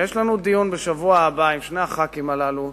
יש לנו דיון בשבוע הבא עם שני חברי הכנסת הללו.